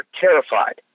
terrified